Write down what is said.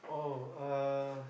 oh uh